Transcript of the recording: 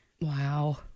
Wow